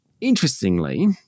Interestingly